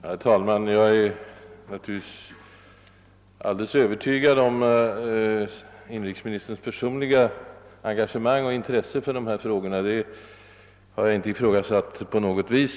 Herr talman! Jag är alldeles övertygad om inrikesministerns personliga engagemang och intresse för dessa frågor — detta har jag aldrig ifrågasatt.